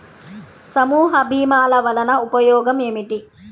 సమూహ భీమాల వలన ఉపయోగం ఏమిటీ?